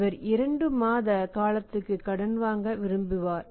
அவர் இரண்டு மாத காலத்துக்கு கடன் வாங்க விரும்புவார்